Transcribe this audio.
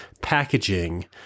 packaging